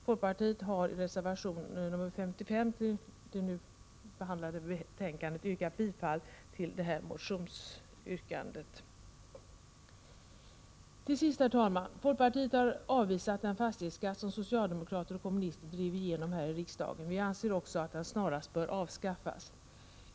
Folkpartiet har i reservation nr 55 till det nu behandlade betänkandet yrkat bifall till detta motionsyrkande. Till sist, herr talman, har folkpartiet avvisat den fastighetsskatt som socialdemokrater och kommunister drev igenom här i riksdagen. Vi anser också att den snarast bör avskaffas.